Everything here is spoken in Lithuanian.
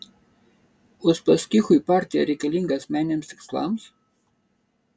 uspaskichui partija reikalinga asmeniniams tikslams